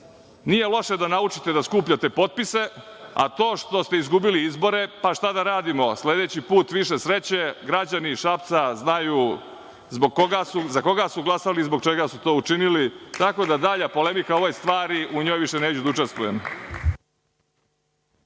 loše da naučite da skupljate potpise, a to što ste izgubili izbore, pa šta da radimo. Sledeći put više sreće, građani Šapca znaju za koga su glasali i zbog čega su to učinili. Tako da u daljoj polemici o ovoj stvari neću više da učestvujem.